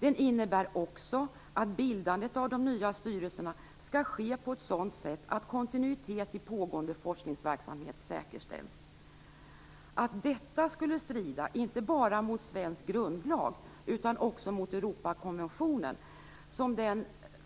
Den innebär också att bildandet av de nya styrelserna skall ske på ett sådant sätt att kontinuitet i pågående forskningsverksamhet säkerställs. Att detta skulle strida inte bara mot svensk grundlag utan också mot Europakonventionen, som den